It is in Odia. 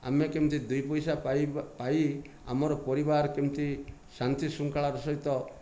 ଆମେ କେମିତି ଦୁଇ ପଇସା ପାଇ ଆମର ପରିବାର କେମିତି ଶାନ୍ତି ଶୃଙ୍ଖଳାର ସହିତ